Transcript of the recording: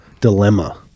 dilemma